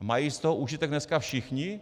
Mají z toho užitek dneska všichni?